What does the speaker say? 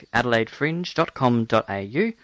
adelaidefringe.com.au